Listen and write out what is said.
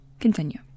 Continue